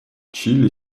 чили